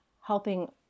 helping